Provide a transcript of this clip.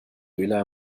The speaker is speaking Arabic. إلى